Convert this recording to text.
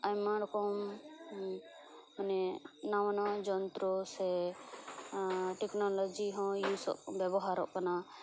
ᱟᱭᱢᱟ ᱨᱚᱠᱚᱢ ᱢᱟᱱᱮ ᱱᱟᱣᱟ ᱱᱟᱣᱟ ᱡᱚᱱᱛᱨᱚ ᱥᱮ ᱴᱮᱠᱱᱳᱞᱳᱡᱤ ᱦᱚᱸ ᱤᱭᱩᱡᱚᱜᱽ ᱵᱮᱵᱚᱦᱟᱨᱚᱜ ᱠᱟᱱᱟ